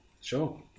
Sure